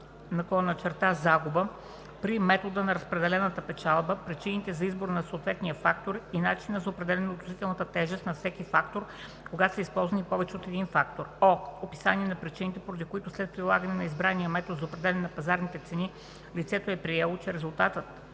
печалба/загуба при метода на разпределената печалба, причините за избора на съответния фактор и начинът на определяне на относителната тежест на всеки фактор, когато са използвани повече от един фактор; о) описание на причините, поради които след прилагане на избрания метод за определяне на пазарните цени лицето е приело, че резултатът